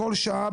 כל שעה,